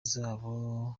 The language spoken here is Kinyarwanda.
zabo